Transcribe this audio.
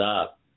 up